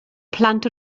plant